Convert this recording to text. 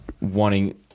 wanting